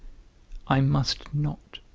i must not.